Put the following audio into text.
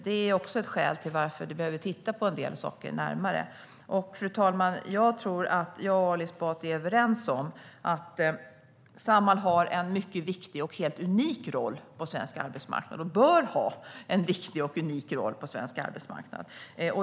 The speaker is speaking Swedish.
Det är också ett skäl till att vi behöver titta på en del saker närmare. Fru talman! Jag tror att jag och Ali Esbati är överens om att Samhall har och bör ha en mycket viktig och unik roll på svensk arbetsmarknad.